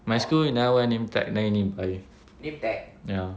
my school you never wear name tag then you need to buy